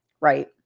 right